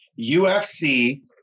UFC